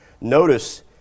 notice